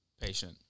patient